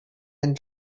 and